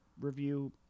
review